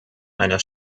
einer